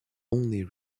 only